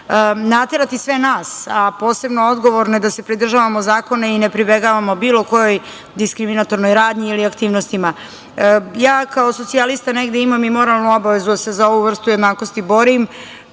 naterati sve nas, a posebno odgovorne da se pridržavamo zakona i ne pribegavamo bilo kojoj diskriminatoronoj radnji ili aktivnostima. Ja kao socijalista negde imam i moralnu obavezu da se za ovu vrstu jednakosti borim.